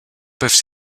peuvent